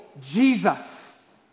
Jesus